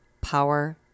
power